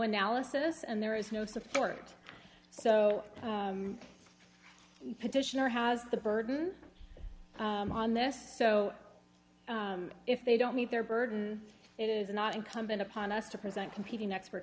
analysis and there is no support so the petitioner has the burden on this so if they don't meet their burden it is not incumbent upon us to present competing expert